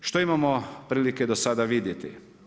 Što imamo prilike do sada vidjeti?